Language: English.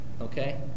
Okay